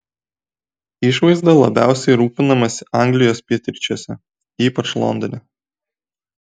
išvaizda labiausiai rūpinamasi anglijos pietryčiuose ypač londone